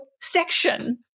section